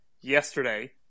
yesterday